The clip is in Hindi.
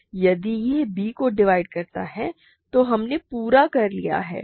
यदि यह b को डिवाइड करता है तो हमने पूरा कर लिया है